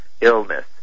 illness